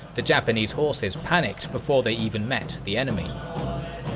the japanese horses panicked before they even met the enemy.